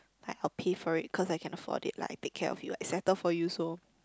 like I'll pay for it cause I can afford it like I take care of you I settle for you so